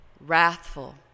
wrathful